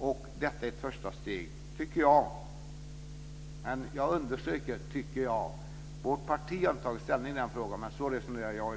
Jag tycker att detta är ett första steg, men jag understryker att det är jag som tycker det. Vårt parti har inte tagit ställning i den frågan, men så resonerar jag